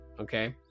Okay